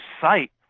sight